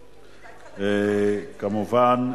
כמובן,